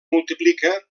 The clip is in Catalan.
multiplica